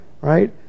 right